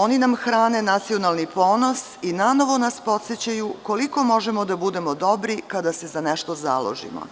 Oni nam hrane nacionalni ponos i nanovo nas podsećaju koliko možemo da budemo dobri kada se za nešto založimo,